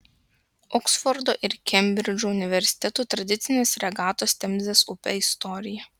oksfordo ir kembridžo universitetų tradicinės regatos temzės upe istorija